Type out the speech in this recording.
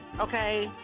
okay